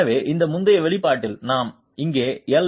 எனவே இங்கே முந்தைய வெளிப்பாட்டில் நாம் இங்கே எல்